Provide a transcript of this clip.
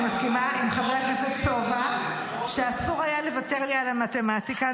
אני מסכימה עם חבר הכנסת סובה שאסור היה לוותר לי על המתמטיקה.